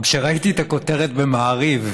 אבל כשראיתי את הכותרת במעריב